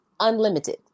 unlimited